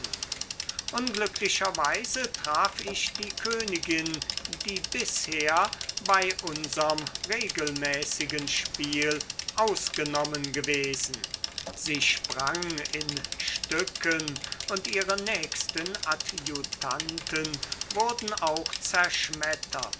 unglücklicherweise traf ich die königin die bisher bei unserm regelmäßigen spiel ausgenommen gewesen sie sprang in stücken und ihre nächsten adjutanten wurden auch zerschmettert